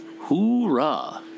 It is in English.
Hoorah